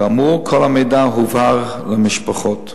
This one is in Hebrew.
כאמור, כל המידע הובהר למשפחות.